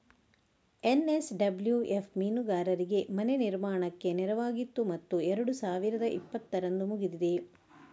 NSWF ಮೀನುಗಾರರಿಗೆ ಮನೆ ನಿರ್ಮಾಣಕ್ಕೆ ನೆರವಾಗಿತ್ತು ಮತ್ತು ಎರಡು ಸಾವಿರದ ಇಪ್ಪತ್ತರಂದು ಮುಗಿದಿದೆ